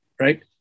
right